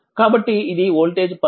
కాబట్టి ఇది voltage pulse